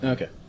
Okay